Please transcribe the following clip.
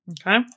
Okay